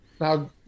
Now